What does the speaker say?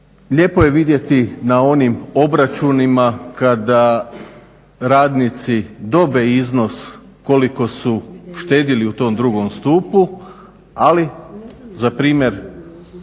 lijepo je vidjeti na onim obračunima kada radnici dobe iznos koliko su štedili u tom drugom stupu. Ali za primjer